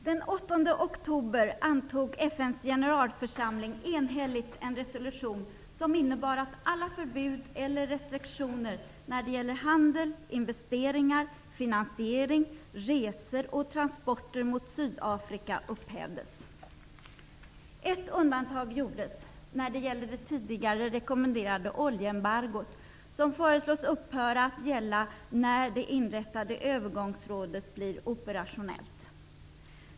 Fru talman! Den 8 oktober antog FN:s generalförsamling enhälligt en resolution, som innebar att alla förbud eller restriktioner mot Sydafrika när det gäller handel, investeringar, finansiering, resor och transporter upphävdes. Ett undantag gjordes: det tidigare rekommenderade oljeembargot föreslogs upphöra att gälla när det inrättade övergångsrådet blivit operationellt.